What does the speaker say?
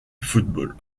football